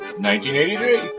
1983